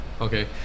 Okay